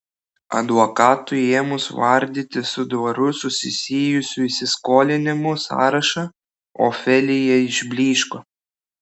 advokatui ėmus vardyti su dvaru susijusių įsiskolinimų sąrašą ofelija išblyško